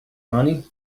money